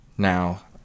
Now